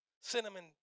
cinnamon